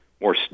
more